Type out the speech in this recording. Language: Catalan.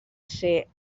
ser